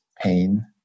pain